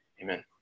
Amen